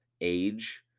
age